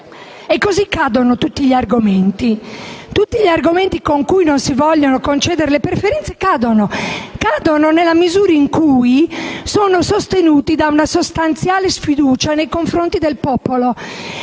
Così cadono tutti gli argomenti con cui non si vogliono concedere le preferenze, nella misura in cui sono sostenuti da una sostanziale sfiducia nei confronti del popolo